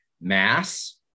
mass